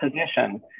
position